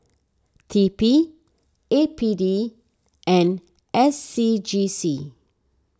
T P A P D and S C G C